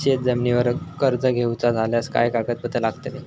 शेत जमिनीवर कर्ज घेऊचा झाल्यास काय कागदपत्र लागतली?